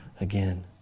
again